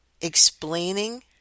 explaining